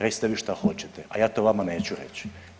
Recite vi što hoćete, a ja to vama neću reći.